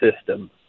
system